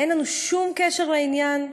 אין לנו שום קשר לעניין?